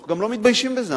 ואנחנו גם לא מתביישים בזה,